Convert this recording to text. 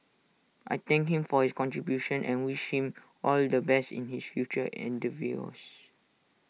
I thank him for his contributions and wish him all the best in his future endeavours